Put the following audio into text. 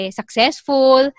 successful